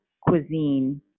cuisine